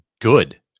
good